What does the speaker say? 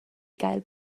gael